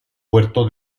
puerto